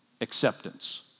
acceptance